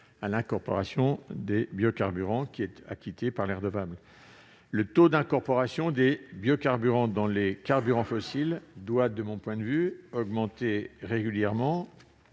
à l'incorporation de biocarburants acquittée par les redevables. Le taux d'incorporation de biocarburants dans les carburants fossiles doit, selon moi, augmenter régulièrement,